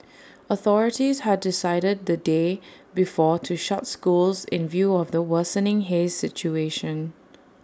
authorities had decided the day before to shut schools in view of the worsening haze situation